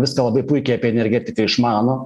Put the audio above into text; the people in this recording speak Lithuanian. viską labai puikiai apie energetiką išmano